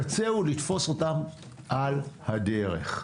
הקצה הוא לתפוס אותם על הדרך.